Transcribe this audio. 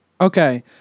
Okay